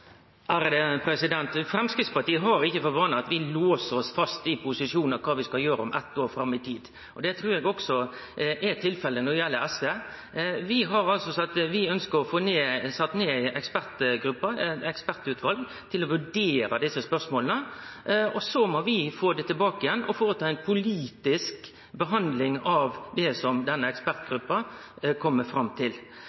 Framstegspartiet har ikkje for vane at vi låser oss fast i posisjonar – kva vi skal gjere fram i tid, om eit år. Det trur eg også er tilfellet når det gjeld SV. Vi har sagt at vi ønskjer å setje ned eit ekspertutval til å vurdere desse spørsmåla. Så må vi få deira svar tilbake og gjere ei politisk behandling av det denne